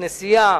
כנסייה,